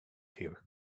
here